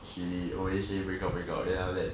she always break up break up then after that